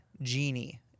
genie